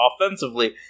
offensively